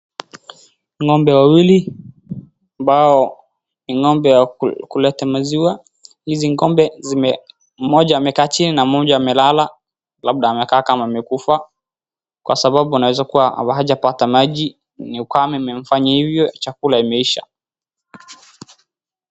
Ng'ombe wawili ambao ni ng'ombe wa kuleta maziwa. Hizi ng'ombe zime, mmoja amekaa chini na mmoja amelala labda amekaa kama amekufa. Kwa sababu unaweza kuwa hajapata maji, ni ukame imemmfanyia hivyo, chakula imeisha.